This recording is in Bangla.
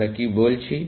আমরা কি বলছি